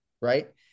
right